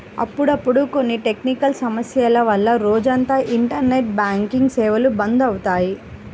అప్పుడప్పుడు కొన్ని టెక్నికల్ సమస్యల వల్ల రోజంతా ఇంటర్నెట్ బ్యాంకింగ్ సేవలు బంద్ అవుతాయి